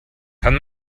kann